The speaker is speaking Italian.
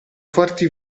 forti